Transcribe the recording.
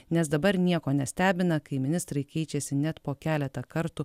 nes dabar nieko nestebina kai ministrai keičiasi net po keletą kartų